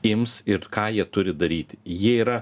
ims ir ką jie turi daryti jie yra